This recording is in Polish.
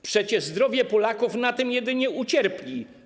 Przecież zdrowie Polaków na tym jedynie ucierpi.